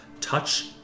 touch